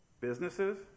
businesses